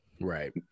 Right